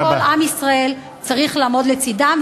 -- אלא כל עם ישראל צריך לעמוד לצדם.